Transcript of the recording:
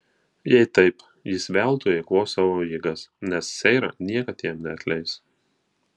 jei taip jis veltui eikvos savo jėgas nes seira niekad jam neatleis